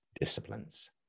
disciplines